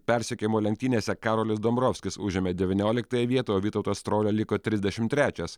persekiojimo lenktynėse karolis dombrovskis užėmė devynioliktąją vietą o vytautas strolia liko trisdešimt trečias